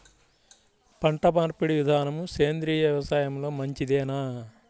పంటమార్పిడి విధానము సేంద్రియ వ్యవసాయంలో మంచిదేనా?